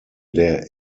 der